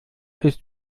ist